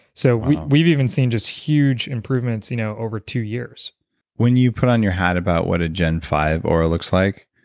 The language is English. so we've even seen just huge improvements you know over two years when you put on your hat about what a gen five oura looks like,